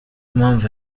impamvu